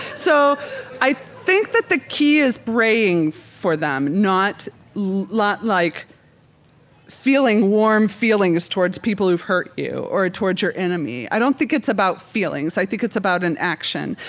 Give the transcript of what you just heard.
so i think that the key is praying for them, not like feeling warm feelings towards people who've hurt you or towards your enemy. i don't think it's about feelings. i think it's about an action.